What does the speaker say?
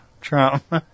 Trump